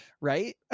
right